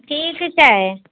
ठीक छै